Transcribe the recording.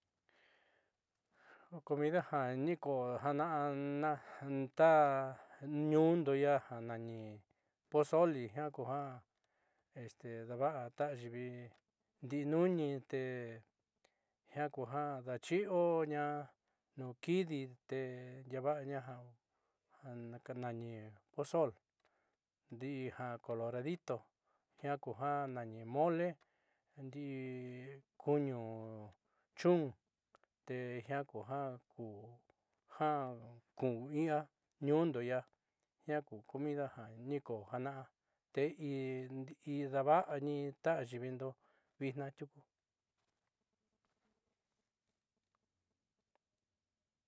Comida ja nikoo ja na'a ta ñuundo ia janani pozole jiaa kuja daava'a ta ayiivi ndi'i nuni te jiaa kuja daachi'ioña nuun kidi te daava'aña ja nani pozol ndi'i ja coloradito jiaaku ja nani mole ndii kuñu chun tejiaa kuja kuja kuun ia ñuundo ia jiaa ku comida ni ko jaana'a te daava'ani ta ayiivindo vitnaa tiuku.